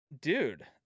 Dude